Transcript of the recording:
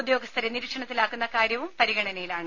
ഉദ്യോഗസ്ഥരെ നിരീക്ഷണത്തിലാക്കുന്ന കാര്യവും പരിഗണനയിലാണ്